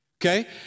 Okay